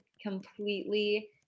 completely